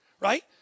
right